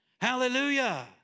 Hallelujah